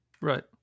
Right